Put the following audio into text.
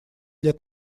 лет